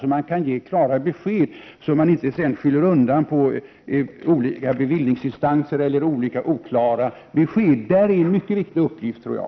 Man måste kunna ge klara besked utan att skylla ifrån sig på olika beviljningsinstanser. Däri ligger en mycket viktig uppgift, tror jag.